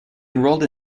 enrolled